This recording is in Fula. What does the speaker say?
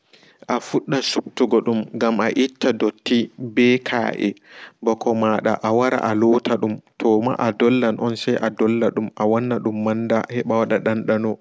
A fuɗɗa suptugo dum gam a itta dotti ɓe ka'e ɓako ɓada awara alota dum toma adollan on se adolla awada manda heɓa wada dandano.